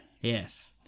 Yes